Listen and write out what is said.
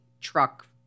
truck